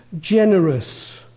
generous